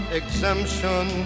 exemption